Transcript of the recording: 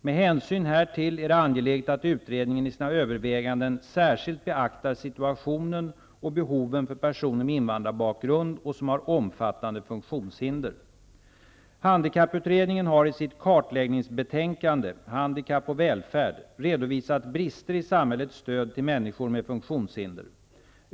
Med hänsyn härtill är det angeläget att utredningen i sina överväganden särskilt beaktar situationen och behoven för personer med invandrarbakgrund och som har omfattande funktionshinder. Handikapp och välfärd? redovisat brister i samhällets stöd till människor med funktionshinder.